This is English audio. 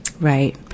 Right